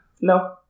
no